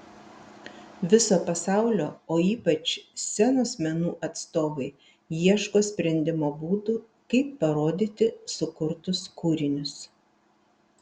viso pasaulio o ypač scenos menų atstovai ieško sprendimo būdų kaip parodyti sukurtus kūrinius